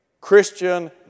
Christian